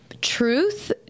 truth